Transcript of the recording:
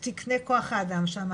את תקניי כוח האדם שמה,